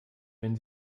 wenn